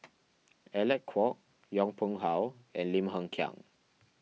Alec Kuok Yong Pung How and Lim Hng Kiang